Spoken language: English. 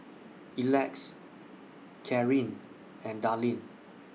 Elex Kareen and Dallin